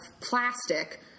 plastic